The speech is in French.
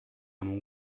mon